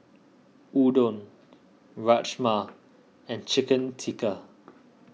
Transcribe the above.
Udon Rajma and Chicken Tikka